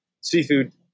seafood